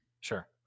sure